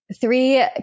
three